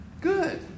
Good